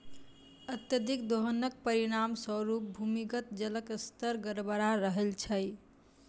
अत्यधिक दोहनक परिणाम स्वरूप भूमिगत जलक स्तर गड़बड़ा रहल छै